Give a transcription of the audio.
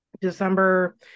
december